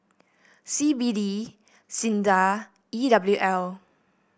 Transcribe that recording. C B D SINDA E W L